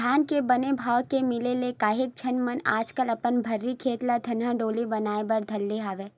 धान के बने भाव के मिले ले काहेच झन मन आजकल अपन भर्री खेत ल धनहा डोली बनाए बर धरे हवय